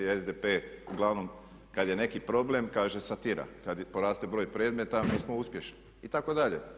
SDP uglavnom kad je neki problem kaže satira, kad poraste broj predmeta onda smo uspješnih itd.